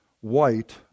White